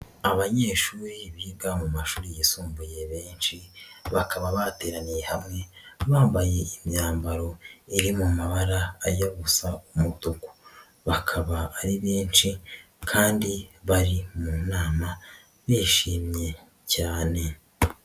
Abanyeshuri biga mu mashuri yisumbuye benshi bakaba bateraniye hamwe bambaye imyambaro iri mu mabara ajya gusa umutuku, bakaba ari benshi kandi bari mu nama bishimye cyane.